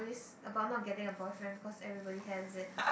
~ries about not getting a boyfriend because everybody has it